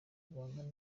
guhangana